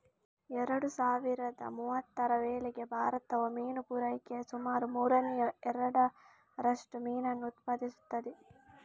ಎರಡು ಸಾವಿರದ ಮೂವತ್ತರ ವೇಳೆಗೆ ಭಾರತವು ಮೀನು ಪೂರೈಕೆಯ ಸುಮಾರು ಮೂರನೇ ಎರಡರಷ್ಟು ಮೀನನ್ನು ಉತ್ಪಾದಿಸುತ್ತದೆ